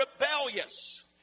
rebellious